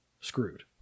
screwed